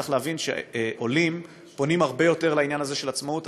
וצריך להבין שעולים פונים הרבה יותר לעניין הזה של עצמאות.